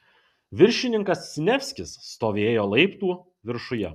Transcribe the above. viršininkas siniavskis stovėjo laiptų viršuje